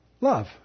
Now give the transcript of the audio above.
Love